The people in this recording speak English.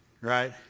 Right